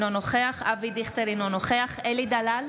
אינו נוכח אבי דיכטר, אינו נוכח אלי דלל,